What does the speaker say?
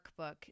workbook